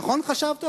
נכון חשבת.